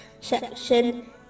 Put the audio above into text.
section